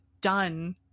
done